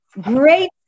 great